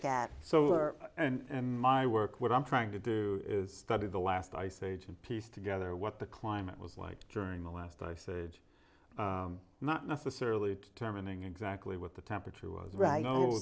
look at so far and my work what i'm trying to do is study the last ice age and piece together what the climate was like during the last ice age not necessarily determining exactly what the temperature was right know